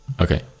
Okay